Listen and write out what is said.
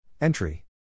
Entry